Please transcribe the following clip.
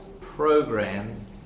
program